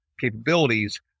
capabilities